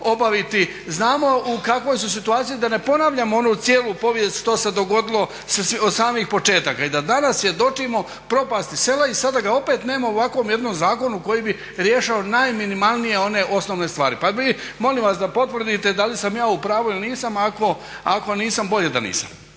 znamo u kakvoj su situaciji, da ne ponavljam onu cijelu povijest što se dogodilo od samih početaka i da danas svjedočimo propasti sela i sada ga opet nema u ovakvom jednom zakonu koji bi riješio najminimalnije, one osnovne stvari. Molim vas da potvrdite da li sam ja u pravu ili nisam, ako nisam, bolje da nisam.